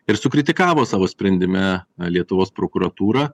ir sukritikavo savo sprendime lietuvos prokuratūrą